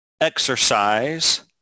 exercise